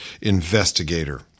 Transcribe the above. investigator